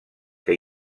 que